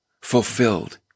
fulfilled